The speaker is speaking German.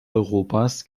europas